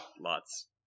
lots